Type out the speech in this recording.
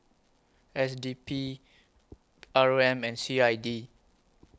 S D P R O M and C I D